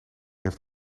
heeft